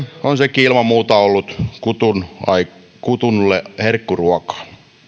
on sekin ilman muuta ollut kutulle herkkuruokaa